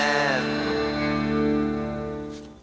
and